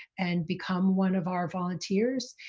and become one of our volunteers,